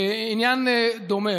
עניין דומה,